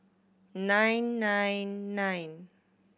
nine nine nine